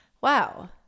wow